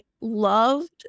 loved